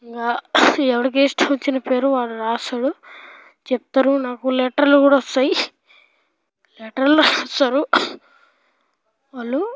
ఇంకా ఎవడికి ఇష్టం వచ్చిన పేరు వాడు రాస్తాడు చెప్తారు నాకు లెటర్లు కూడా వస్తాయి లెటర్లు రాస్తారు వాళ్ళు